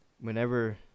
whenever